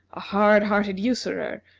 a hard-hearted usurer,